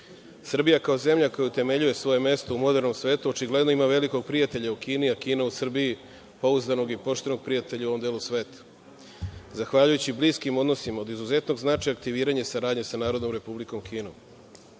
Srbija, kao zemlja koja utemeljuje svoje mesto u modernom svetu, očigledno ima velikog prijatelja u Kini, a Kina u Srbiji pouzdanog i poštenog prijatelja u ovom delu sveta, zahvaljujući bliskim odnosima od izuzetnog značaja aktiviranje saradnje sa Narodnom Republikom Kinom.